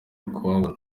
kuhabona